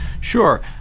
Sure